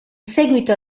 seguito